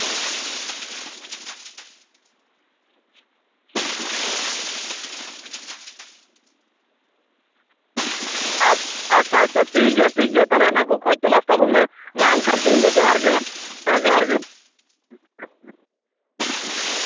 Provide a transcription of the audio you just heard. ᱟᱪᱪᱷᱟ ᱟᱪᱪᱷᱟ ᱴᱷᱤᱠᱜᱮᱭᱟ ᱴᱷᱤᱠᱜᱮᱭᱟ ᱛᱟᱞᱦᱮ ᱚᱱᱟ ᱠᱚ ᱠᱷᱚᱡ ᱛᱚᱞᱟᱥ ᱛᱟᱵᱚᱱ ᱢᱮ ᱢᱟ ᱮᱱᱠᱷᱟᱱ ᱛᱤᱦᱤᱧ ᱫᱚ ᱡᱚᱦᱟᱨ ᱜᱮ ᱦᱮᱸ ᱡᱚᱦᱟᱨ ᱜᱮ